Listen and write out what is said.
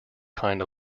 kind